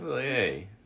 hey